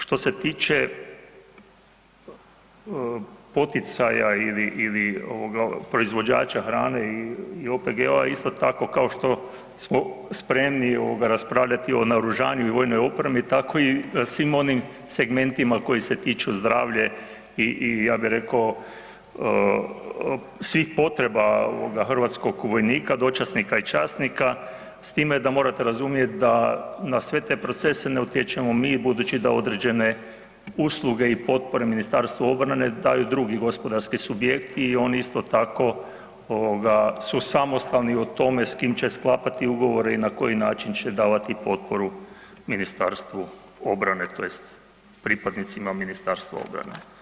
Što se tiče poticaja ili proizvođača hrane i OPG-ova, isto tako, kao što smo spremni raspravljati o naoružanju i vojnoj opremi, tako i svim onim segmentima koji se tiču zdravlja i ja bi rekao, svih potreba hrvatskog vojnika, dočasnika i časnika s time da morate razumjeti da na sve te procese ne utječemo mi budući da određene usluge i potpore Ministarstvu obrane daju drugi gospodarski subjekti i oni isto tako su samostalni u tome s kim će sklapati ugovore i na koji način će davati potporu Ministarstvu obrane tj. pripadnicima Ministarstva obrane.